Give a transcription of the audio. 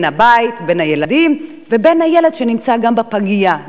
הבית והילדים ובין הילד שנמצא בפגייה,